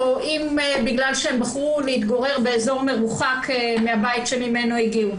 או אם בגלל שהן בחרו להתגורר באזור מרוחק מהבית שממנו הגיעו.